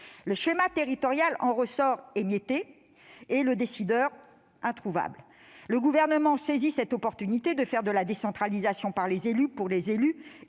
Le schéma territorial en ressort émietté et le décideur introuvable. Le Gouvernement a saisi l'opportunité de « faire de la décentralisation » par les élus et pour les élus,